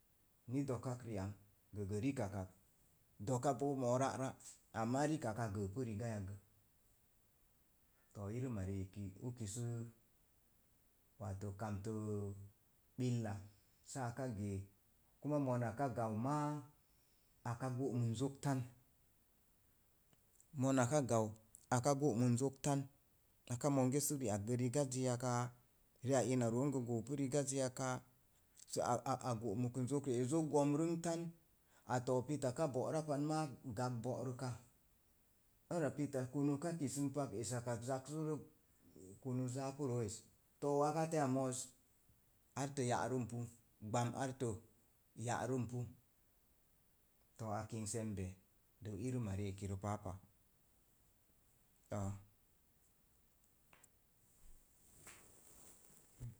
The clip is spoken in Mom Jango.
Ni dokak, ri'ang gə gə rikak kak, doka boo moo ra'ra', amaa rikak a gəəpu rigaya gə. Too irəma ri'eki uki sə, wato kamtəə, billa saa ka gee kuma mona ka gan maa aka go'mən zok tan. Monaka gan aka gɔmən zok aka monge sə ri'ak gə rigajiya kaa, ri'ak ina roon gə goopu rigajiya səa a a go'məkən zok ri'eri, zok gomrənk tom. A too pita ka bo'ra pan maa gag bo’ rəka, ara pita kumu ka kisən pak esak kak zak sə rə kunuu zaapu roo es. To wakatiya moz artə ya'rəmpu, gbam artə ya'rəmpu. Too a kink swmbe məma ri'eki rə paapa, too